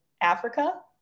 Africa